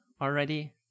already